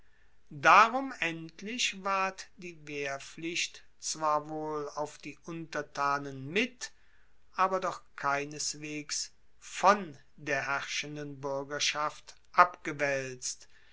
darum endlich ward die wehrpflicht zwar wohl auf die untertanen mit aber doch keineswegs von der herrschenden buergerschaft abgewaelzt